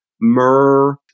myrrh